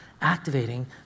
activating